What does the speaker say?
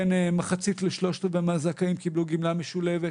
בין מחצית לשלושת-רבעי מהזכאים קיבלו גמלה משולבת,